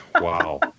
wow